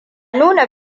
nuna